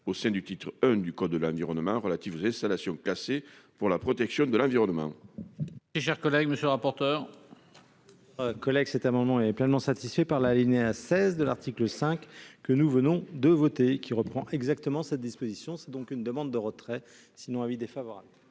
titre I du livre V du code de l'environnement relatif aux installations classées pour la protection de l'environnement.